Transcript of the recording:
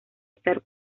estar